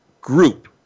group